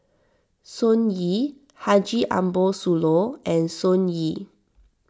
Sun Yee Haji Ambo Sooloh and Sun Yee